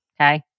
okay